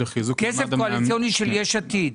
כסף קואליציוני של יש עתיד.